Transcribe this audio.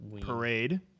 parade